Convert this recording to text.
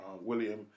William